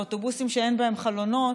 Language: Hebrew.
באוטובוסים שאין בהם חלונות,